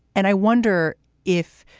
and i wonder if,